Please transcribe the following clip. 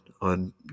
on